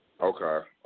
Okay